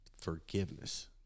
forgiveness